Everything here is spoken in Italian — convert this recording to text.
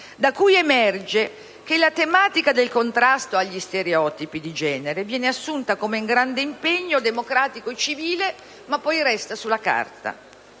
da cui emerge che la tematica del contrasto agli stereotipi di genere viene assunta come grande impegno democratico e civile ma poi resta sulla carta.